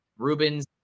Ruben's